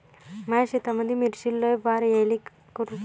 माया शेतामंदी मिर्चीले लई बार यायले का करू?